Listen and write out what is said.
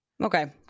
Okay